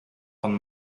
von